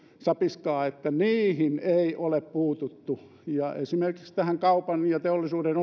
sapiskaa että niihin ei ole puututtu esimerkiksi kaupan ja teollisuuden